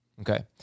Okay